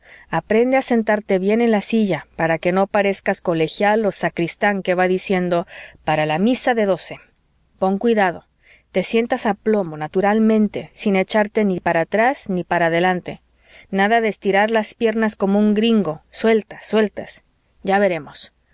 aprende a sentarte bien en la silla para que no parezcas colegial o sacristán que va diciendo para la misa de doce pon cuidado te sientas a plomo naturalmente sin echarte ni para atrás ni para adelante nada de estirar las piernas como un gringo sueltas sueltas ya veremos